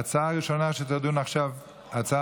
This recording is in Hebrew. ההצעה הראשונה שתדון עכשיו היא הצעה